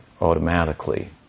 automatically